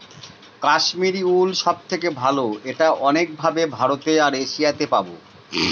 Kashmiri wool সব থেকে ভালো এটা অনেক ভাবে ভারতে আর এশিয়াতে পাবো